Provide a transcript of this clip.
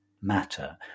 matter